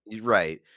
Right